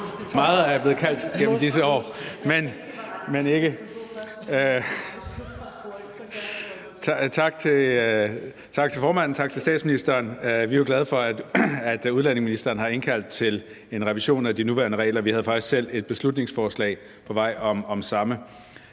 Folkeparti. Kl. 15:59 Marcus Knuth (KF): Tak til formanden, og tak til statsministeren. Vi er jo glade for, at udlændingeministeren har indkaldt til en revision af de nuværende regler. Vi havde faktisk selv et beslutningsforslag på vej om det samme.